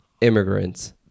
immigrants